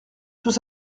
tous